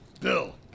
Bill